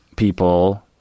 People